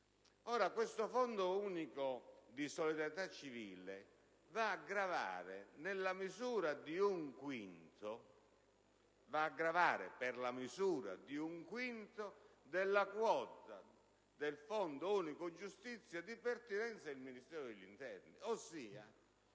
Questo Fondo di solidarietà civile va a gravare per la misura di un quinto della quota del Fondo unico giustizia di pertinenza del Ministero dell'interno: ossia,